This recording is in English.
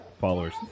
followers